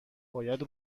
باید